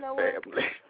family